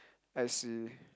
I see